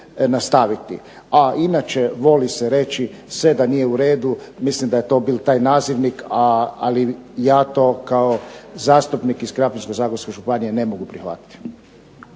A inače voli se reći sve da nije uredu, mislim da je to bil taj nazivnik ali ja to kao zastupnika iz Krapinsko-zagorske županije ne mogu prihvatiti.